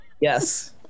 Yes